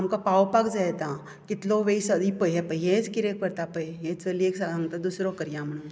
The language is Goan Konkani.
आमकां पावपाक जाय आतां कितलो वेळ जालो हे पळय हे पळय हेच कितें करता पळय हे चलयेक सांगता पळय दुसरो करया म्हणून